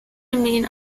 remain